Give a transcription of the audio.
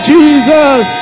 Jesus